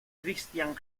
cristián